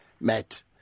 met